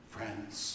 Friends